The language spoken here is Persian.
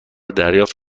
دریافت